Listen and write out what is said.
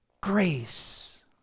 Grace